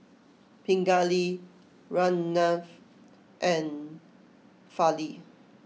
Pingali Ramnath and Fali